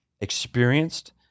experienced